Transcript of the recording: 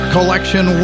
Collection